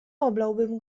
oblałbym